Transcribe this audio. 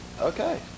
Okay